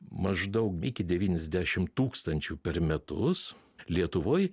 maždaug iki devyniasdešim tūkstančių per metus lietuvoj